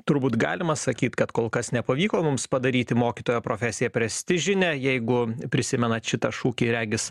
turbūt galima sakyt kad kol kas nepavyko mums padaryti mokytojo profesiją prestižine jeigu prisimenat šitą šūkį regis